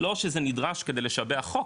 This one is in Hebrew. לא שזה נדרש לשבח חוק,